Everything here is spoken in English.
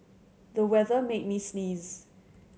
the weather made me sneeze